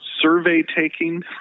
survey-taking